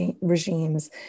regimes